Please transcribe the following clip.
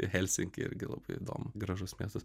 helsinky irgi labai įdomu gražus miestas